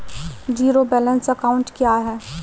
Zero balance account क्या है?